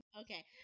okay